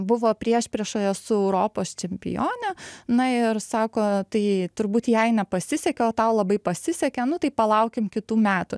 buvo priešpriešoje su europos čempione na ir sako tai turbūt jai nepasisekė o tau labai pasisekė nu tai palaukim kitų metų